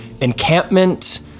encampment